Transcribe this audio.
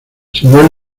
siguió